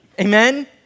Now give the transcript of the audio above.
Amen